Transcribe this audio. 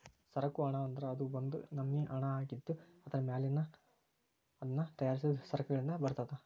ಸರಕು ಹಣ ಅಂದ್ರ ಅದು ಒಂದ್ ನಮ್ನಿ ಹಣಾಅಗಿದ್ದು, ಅದರ ಮೌಲ್ಯನ ಅದನ್ನ ತಯಾರಿಸಿದ್ ಸರಕಗಳಿಂದ ಬರ್ತದ